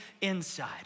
inside